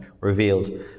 revealed